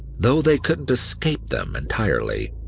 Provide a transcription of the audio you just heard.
though they couldn't escape them entirely.